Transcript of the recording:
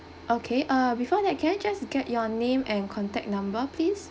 okay uh before that can I just get your name and contact number please